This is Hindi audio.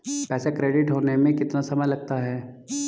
पैसा क्रेडिट होने में कितना समय लगता है?